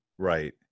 Right